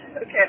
Okay